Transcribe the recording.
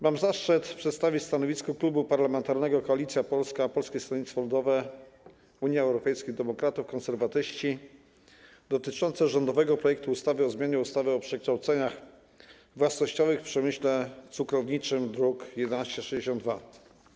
Mam zaszczyt przedstawić stanowisko Klubu Parlamentarnego Koalicja Polska - Polskie Stronnictwo Ludowe, Unia Europejskich Demokratów, Konserwatyści dotyczące rządowego projektu ustawy o zmianie ustawy o przekształceniach własnościowych w przemyśle cukrowniczym, druk nr 1162.